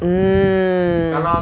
mm